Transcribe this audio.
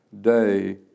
day